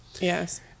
Yes